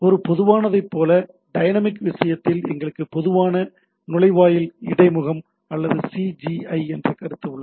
ஒரு பொதுவானதைப் போல டைனமிக் விஷயத்தில் எங்களுக்கு பொதுவான நுழைவாயில் இடைமுகம் அல்லது சிஜிஐ என்ற கருத்து உள்ளது